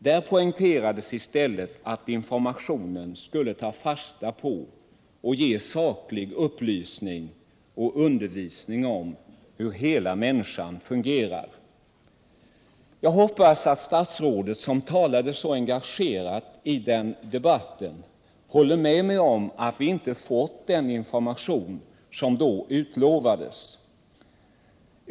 Där poängterades i stället att informationen skulle ta fasta på att ge saklig upplysning och undervisning om hur hela människan fungerar. Jag hoppas att statsrådet, som talade så engagerande i den debatten, håller med mig om att vi inte fått den information som då utlovades.